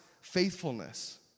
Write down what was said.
faithfulness